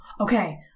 Okay